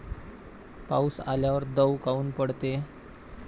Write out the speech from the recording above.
पाऊस आल्यावर दव काऊन पडते?